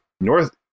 north